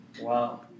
Wow